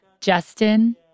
Justin